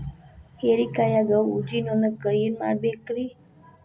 ಹೇರಿಕಾಯಾಗ ಊಜಿ ನೋಣಕ್ಕ ಏನ್ ಮಾಡಬೇಕ್ರೇ?